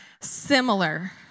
similar